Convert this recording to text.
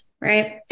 right